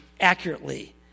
accurately